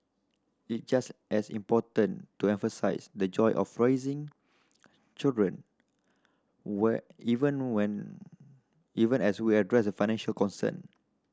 it's just as important to emphasise the joy of raising children wear even when even as we address the financial concern